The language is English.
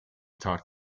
talk